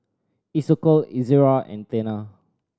Isocal Ezerra and Tena